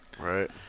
Right